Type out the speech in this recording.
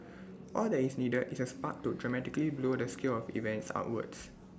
all that is needed is A spark to dramatically blow the scale of events outwards